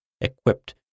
equipped